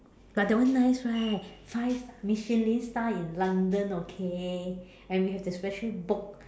but that one nice right five Michelin star in London okay and we have to specially book